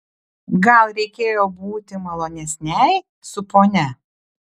gal reikėjo būti malonesnei su ponia